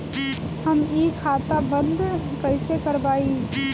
हम इ खाता बंद कइसे करवाई?